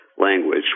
language